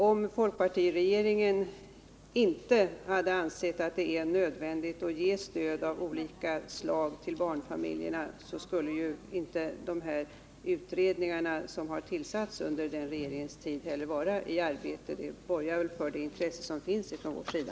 Om folkpartiregeringen inte hade ansett att det är nödvändigt att ge stöd av olika slag till barnfamiljerna, skulle ju de utredningar som tillsatts under regeringstiden inte heller vara i arbete. Detta borgar väl för att det finns ett intresse från vår sida.